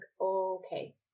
okay